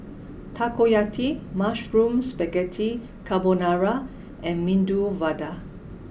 Takoyaki Mushroom Spaghetti Carbonara and Medu Vada